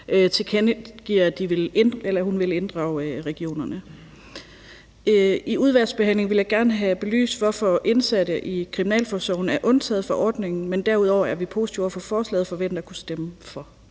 tilkendegiver, at hun vil inddrage regionerne. I udvalgsbehandlingen vil jeg gerne have belyst, hvorfor indsatte i kriminalforsorgen er undtaget fra ordningen, men derudover er vi positive over for forslaget og forventer at kunne stemme for